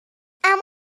اما